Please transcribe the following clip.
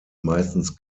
meistens